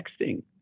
texting